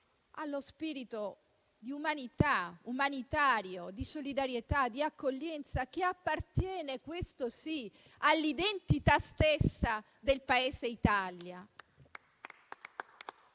allo spirito di umanità, di solidarietà e di accoglienza che appartiene, questo sì, all'identità stessa del paese Italia.